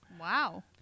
Wow